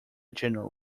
general